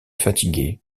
fatiguer